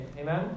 Amen